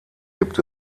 gibt